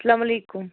السلام علیکُم